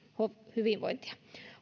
hyvinvointia